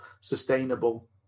sustainable